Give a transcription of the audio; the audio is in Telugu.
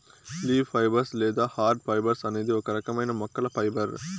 లీఫ్ ఫైబర్స్ లేదా హార్డ్ ఫైబర్స్ అనేది ఒక రకమైన మొక్కల ఫైబర్